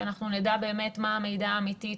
שאנחנו נדע באמת מה המידע האמיתי,